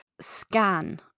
scan